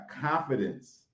confidence